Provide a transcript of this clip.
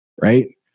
right